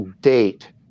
date